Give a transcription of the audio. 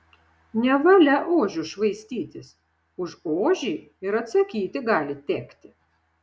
nevalia ožiu švaistytis už ožį ir atsakyti gali tekti